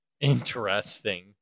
Interesting